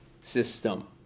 system